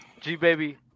G-Baby